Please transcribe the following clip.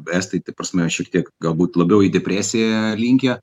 estai ta prasme šiek tiek galbūt labiau į depresiją linkę